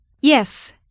Yes